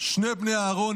שני בני אהרן,